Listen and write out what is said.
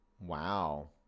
Wow